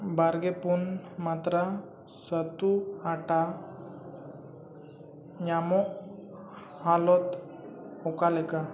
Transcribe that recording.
ᱵᱟᱨ ᱜᱮ ᱯᱩᱱ ᱢᱟᱛᱨᱟ ᱥᱟᱹᱛᱩ ᱟᱴᱟ ᱧᱟᱢᱚᱜ ᱦᱟᱞᱚᱛ ᱚᱠᱟ ᱞᱮᱠᱟ